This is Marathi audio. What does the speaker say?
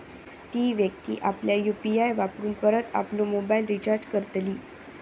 ती व्यक्ती आपल्या यु.पी.आय वापरून परत आपलो मोबाईल रिचार्ज करतली